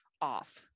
off